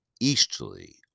easterly